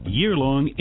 year-long